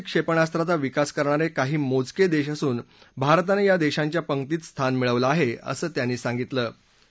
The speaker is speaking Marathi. बॅलिस्टिक क्षेपणास्त्राचा विकास करणारे काही मोजके देश असून भारतानं या देशांच्या पंक्तित स्थान मिळवलं आहे असं त्यांनी सांगितलं